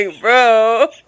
bro